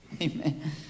Amen